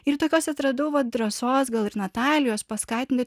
ir tokios atradau vat drąsos gal ir natalijos paskatino